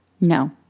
No